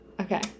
Okay